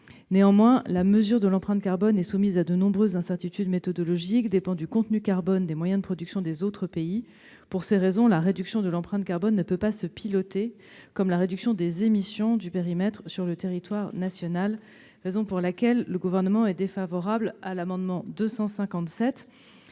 Néanmoins, la mesure de l'empreinte carbone est soumise à de nombreuses incertitudes méthodologiques. Elle dépend du contenu carbone des moyens de production des autres pays. Pour ces raisons, la réduction de l'empreinte carbone ne peut pas se piloter comme la réduction des émissions du périmètre sur le territoire national. C'est la raison pour laquelle le Gouvernement est défavorable à l'amendement n°